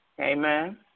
Amen